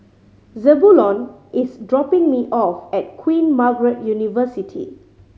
Zebulon is dropping me off at Queen Margaret University